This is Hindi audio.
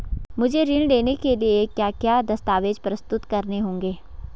मुझे ऋण लेने के लिए क्या क्या दस्तावेज़ प्रस्तुत करने होंगे?